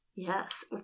Yes